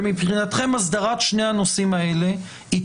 שמבחינתכם הסדרת שני הנושאים האלה היא